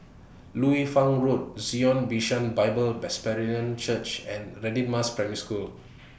Liu Fang Road Zion Bishan Bible Presbyterian Church and Radin Mas Primary School